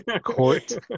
court